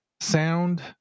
sound